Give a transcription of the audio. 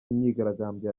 imyigaragambyo